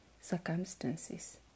circumstances